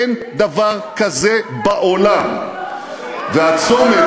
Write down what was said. אין דבר כזה בעולם, והצומת,